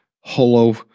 hollow